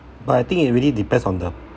but I think it really depends on the